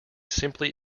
simply